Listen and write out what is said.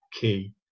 key